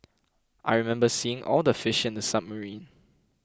I remember seeing all the fish in the submarine